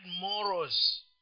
morals